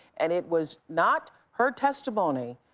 and it was not her testimony,